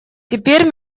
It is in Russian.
теперь